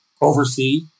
oversee